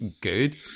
good